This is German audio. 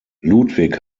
ludwig